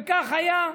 וכך היה.